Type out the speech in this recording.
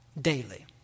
daily